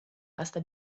hasta